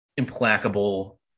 implacable